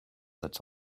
that